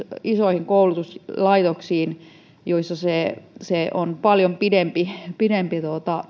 isoihin koulutuslaitoksiin joissa niillä on paljon pidempi pidempi